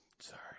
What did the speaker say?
sorry